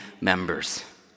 members